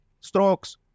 strokes